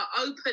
open